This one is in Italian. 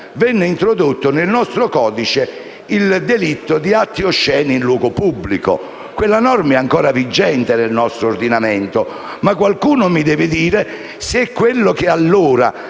venne introdotto nel nostro codice il delitto di atti osceni in luogo pubblico, e quella norma è ancora vigente nel nostro ordinamento. Qualcuno, però, mi deve dire se quello che allora